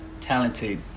talented